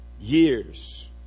years